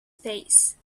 face